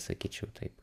sakyčiau taip